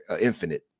Infinite